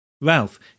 Ralph